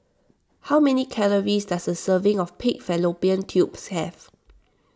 how many calories does a serving of Pig Fallopian Tubes have